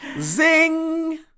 Zing